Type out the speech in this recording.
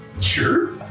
Sure